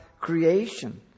creation